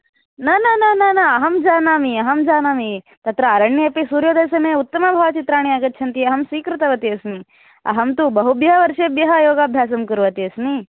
न न न न अहं जानामि अहंं जानामि तत्र अरण्ये अपि सूर्योदयसमये उत्तमभावचित्राणि आगच्छन्ति अहं स्वीकृतवती अस्मि अहं तु बहुभ्यः वर्षेभ्यः योगाभ्यासं कुर्वती अस्मि